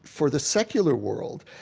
for the secular world,